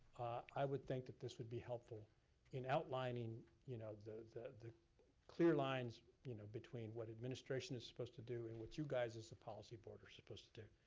i would think that this would be helpful in outlining you know the the clear lines you know between what administration is supposed to do and what you guys as the policy board are supposed to do.